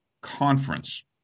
conference